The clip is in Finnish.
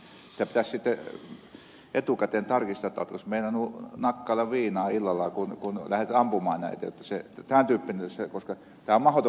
sitä pitäisi sitten etukäteen tarkistaa että oletkos meinannut nakkailla viinaa illalla kun lähdet ampumaan näitä